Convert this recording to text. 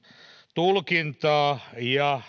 tulkintaa ja